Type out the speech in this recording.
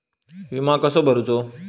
विमा कसो भरूचो?